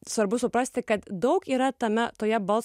svarbu suprasti kad daug yra tame toje balso